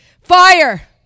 Fire